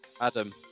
Adam